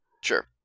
Sure